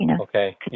Okay